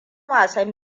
wasan